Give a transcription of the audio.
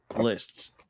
lists